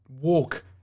walk